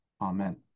amen